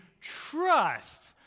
trust